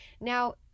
Now